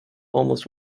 almost